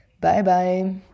Bye-bye